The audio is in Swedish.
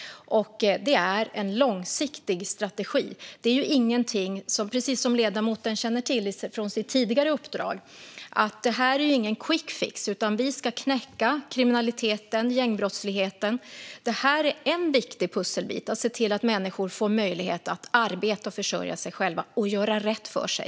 Det är en långsiktig strategi. Precis som ledamoten känner till från sitt tidigare uppdrag är det inte någon quickfix. Vi ska knäcka kriminaliteten och gängbrottsligheten. Det är en viktig pusselbit att se till att människor får möjlighet att arbeta och försörja sig själva och att göra rätt för sig.